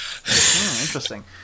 Interesting